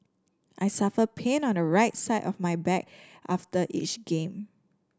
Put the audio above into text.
I suffer pain on the right side of my back after each game